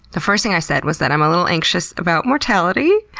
the first thing i said was that i'm a little anxious about mortality.